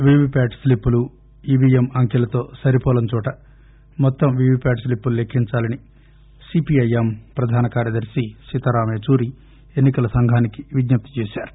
వివి Pat స్లిప్పులు EVM అంకెలతో సరిపోలని చోట మొత్తం వివి ప్యాట్ స్లిప్పులు లెక్కించాలని సిపిఐఎం ప్రధాన కార్యదర్ని సీతారాం ఏచూరి ఎన్ని కల సంఘానికి విజ్ఞప్తి చేశారు